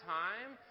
time